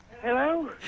Hello